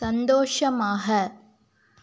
சந்தோஷமாக